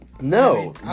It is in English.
No